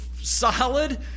solid